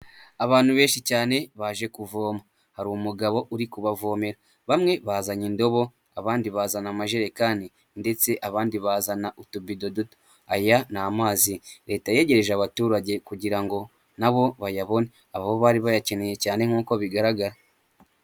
Abantu benshi cyane baje kuvoma hari umugabo uri kubavomera, bamwe bazanye indobo abandi bazana amajerekani ndetse abandi bazana utubido duto, aya ni amazi leta yegereje abaturage kugira ngo na bo bayabone, aho bari bayakeneye cyane nk'uko bigaragara.